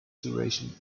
duration